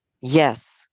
Yes